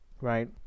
right